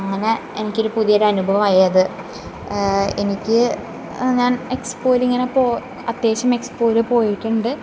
അങ്ങനെ എനിക്കൊരു പുതിയൊരു അനുഭവമായി അത് എനിക്ക് ഞാൻ എക്സ്പോയിൽ ഇങ്ങനെ പൊ അത്യാവശ്യം എക്സ്പോയില് പോയിട്ടുണ്ട്